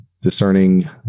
discerning